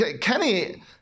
Kenny